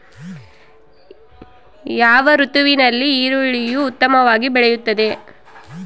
ಯಾವ ಋತುವಿನಲ್ಲಿ ಈರುಳ್ಳಿಯು ಉತ್ತಮವಾಗಿ ಬೆಳೆಯುತ್ತದೆ?